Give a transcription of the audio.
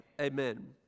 Amen